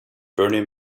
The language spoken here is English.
bernie